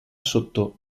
sotto